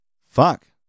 fuck